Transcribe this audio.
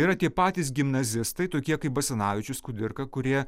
yra tie patys gimnazistai tokie kaip basanavičius kudirka kurie